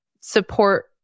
support